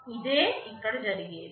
ఇదే ఇక్కడ జరిగేది